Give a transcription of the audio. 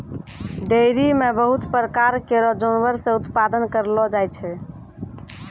dairy म बहुत प्रकार केरो जानवर से उत्पादन करलो जाय छै